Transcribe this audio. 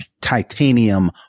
titanium